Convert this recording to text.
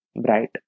Bright